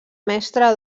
mestre